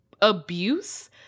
abuse